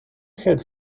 had